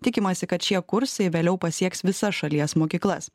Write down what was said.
tikimasi kad šie kursai vėliau pasieks visas šalies mokyklas